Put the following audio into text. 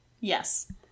Yes